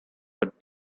but